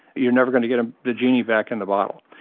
you're never going to get ah the genie back in the bottle.